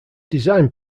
designed